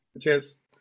cheers